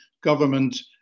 government